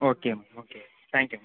okay ma'am okay thank you ma'am